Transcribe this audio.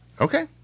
Okay